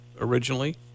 originally